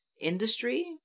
industry